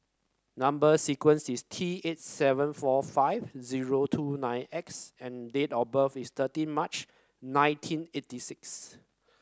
number sequence is T eight seven four five zero two nine X and date of birth is thirty March nineteen eighty six